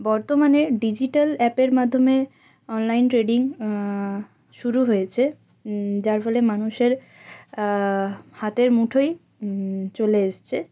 বর্তমানে ডিজিট্যাল অ্যাপের মাধ্যমে অনলাইন ট্রেডিং শুরু হয়েছে যার ফলে মানুষের হাতের মুঠোয় চলে এসেছে